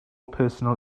personal